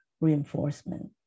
reinforcement